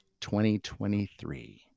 2023